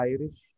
Irish